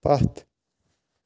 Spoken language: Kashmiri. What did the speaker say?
پتھ